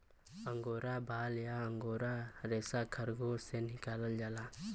angora बाल या angora रेसा खरगोस से निकालल जाला